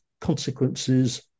consequences